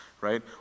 right